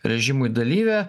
režimui dalyvė